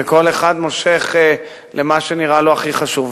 וכל אחד מושך למה שנראה לו הכי החשוב.